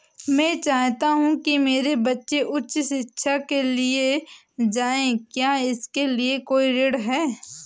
मैं चाहता हूँ कि मेरे बच्चे उच्च शिक्षा के लिए जाएं क्या इसके लिए कोई ऋण है?